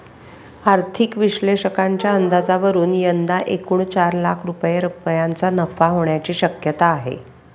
आर्थिक विश्लेषकांच्या अंदाजावरून यंदा एकूण चार लाख रुपयांचा नफा होण्याची शक्यता आहे